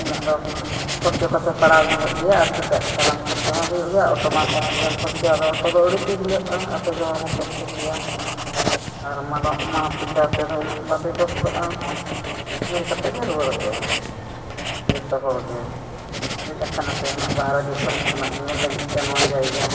ᱤᱱᱟᱹᱜ ᱫᱚ ᱠᱷᱨᱚᱪᱟ ᱛᱟᱯᱮ ᱯᱟᱲᱟᱣ ᱧᱚᱜᱚᱜ ᱜᱮᱭᱟ ᱟᱨ ᱪᱤᱠᱟᱹᱜ ᱠᱟᱱᱟ ᱠᱷᱚᱨᱪᱟᱢᱟ ᱦᱳᱭᱳᱜ ᱜᱮᱭᱟ ᱚᱴᱳᱢᱟ ᱠᱚᱢᱚᱜ ᱜᱮᱭᱟ ᱠᱷᱨᱚᱪᱟ ᱚᱴᱳ ᱫᱚ ᱟᱹᱰᱤ ᱯᱮ ᱦᱤᱞᱟᱹᱜᱼᱟ ᱟᱯᱮᱜᱮ ᱦᱚᱲᱢᱚ ᱠᱚ ᱦᱟᱹᱥᱩ ᱯᱮᱭᱟ ᱟᱨ ᱢᱟᱨᱚᱛᱤ ᱛᱮᱠᱷᱟᱱ ᱩᱱᱟᱹᱜ ᱫᱚ ᱵᱟᱯᱮ ᱠᱚᱥᱴᱚᱜᱼᱟ ᱧᱮᱞ ᱠᱟᱛᱮᱫ ᱜᱮ ᱨᱩᱣᱟᱹᱲ ᱯᱮ ᱡᱚᱛᱚ ᱦᱚᱲ ᱜᱮ ᱦᱮᱡ ᱠᱟᱱᱟ ᱯᱮ ᱩᱱᱟᱹᱜ ᱵᱟᱦᱨᱮ ᱫᱤᱥᱚᱢ ᱠᱷᱚᱱᱟᱜ ᱧᱮᱞ ᱞᱟᱹᱜᱤᱫᱛᱮ ᱱᱚᱣᱟ ᱡᱟᱭᱜᱟ